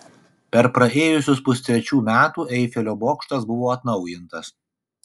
per praėjusius pustrečių metų eifelio bokštas buvo atnaujintas